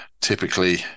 typically